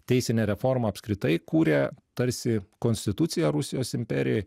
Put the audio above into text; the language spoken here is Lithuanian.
teisinę reformą apskritai kūrė tarsi konstituciją rusijos imperijoj